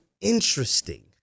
interesting